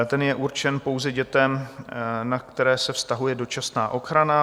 Ten je určen pouze dětem, na které se vztahuje dočasná ochrana.